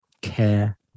care